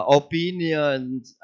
opinions